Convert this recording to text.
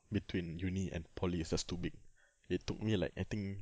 between uni and poly is just too big it took me like I think